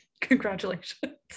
congratulations